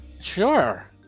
Sure